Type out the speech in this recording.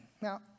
Now